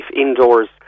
indoors